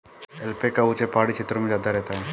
alpaca ऊँचे पहाड़ी क्षेत्रों में ज्यादा रहता है